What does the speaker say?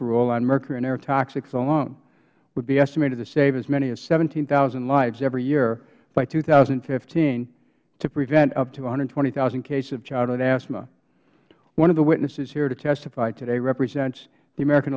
on mercury and air toxics alone would be estimated to save as many as seventeen thousand lives every year by two thousand and fifteen to prevent up to one hundred and twenty thousand cases of childhood asthma one of the witnesses here to testify today represents the american